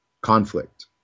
conflict